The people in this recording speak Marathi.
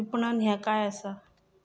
विपणन ह्या काय असा?